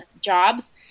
jobs